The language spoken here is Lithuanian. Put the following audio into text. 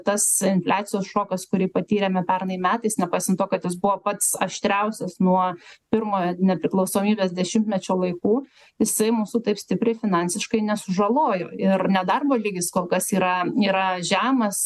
tas infliacijos šokas kurį patyrėme pernai metais nepaisant to kad jis buvo pats aštriausias nuo pirmojo nepriklausomybės dešimtmečio laikų jisai mūsų taip stipriai finansiškai nesužalojo ir nedarbo lygis kol kas yra yra žemas